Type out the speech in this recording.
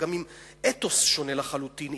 גם עם אתוס שונה לחלוטין,